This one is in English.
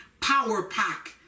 power-pack